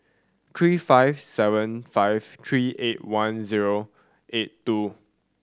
three five seven five three eight one zero eight two